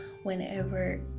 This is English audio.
Whenever